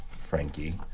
Frankie